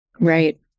right